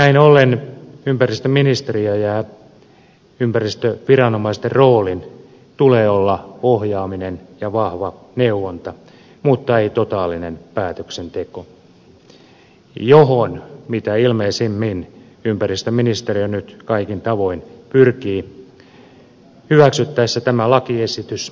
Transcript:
näin ollen ympäristöministeriön ja ympäristöviranomaisten roolin tulee olla ohjaaminen ja vahva neuvonta mutta ei totaalinen päätöksenteko johon ympäristöministeriö nyt mitä ilmeisimmin kaikin tavoin pyrkii jos tämä lakiesitys hyväksytään tällaisenaan